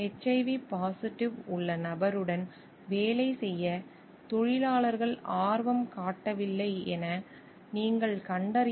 HIV positive உள்ள நபருடன் வேலை செய்ய தொழிலாளர்கள் ஆர்வம் காட்டவில்லை என நீங்கள் கண்டறிவது